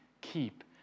keep